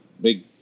big